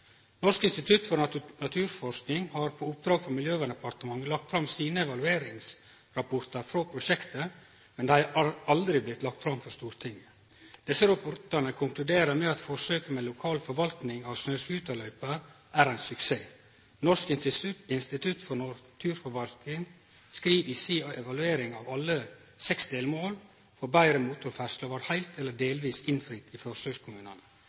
Norsk institutt for naturforskning har på oppdrag frå Miljøverndepartementet lagt fram sine evalueringsrapportar frå prosjektet, men dei har aldri blitt lagde fram for Stortinget. Desse rapportane konkluderer med at forsøket med lokal forvaltning av snøscooterløyper er ein suksess. Norsk institutt for naturforskning skriv i evalueringa si at alle seks delmål for betre motorferdsle blei heilt eller delvis innfridde av forsøkskommunane. Befolkninga i